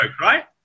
right